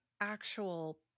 actual